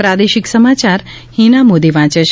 પ્રાદેશિક સમાચાર હીના મોદી વાંચે છે